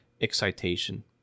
Excitation